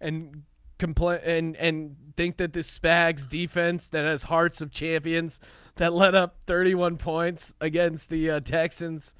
and complete and and think that this bag's defense that has hearts of champions that led up thirty one points against the texans